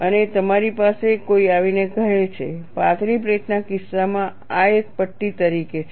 અને તમારી પાસે કોઈ આવીને કહે છે પાતળી પ્લેટના કિસ્સામાં આ એક પટ્ટી તરીકે છે